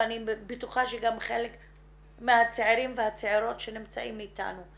ואני בטוחה שגם חלק מהצעירים והצעירות שנמצאים איתנו.